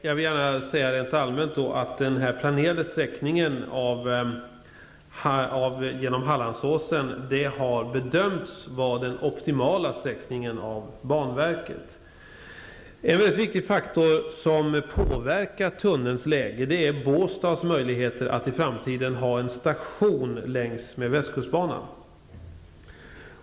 Fru talman! Jag vill säga rent allmänt att den planerade sträckningen genom Hallandsåsen av banverket har bedömts vara den optimala sträckningen. En mycket viktig faktor som påverkar tunnelns läge är Båstads möjligheter att i framtiden ha en station längs västkustbanan.